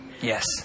Yes